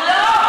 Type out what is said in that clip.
לא.